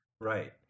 Right